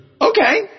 Okay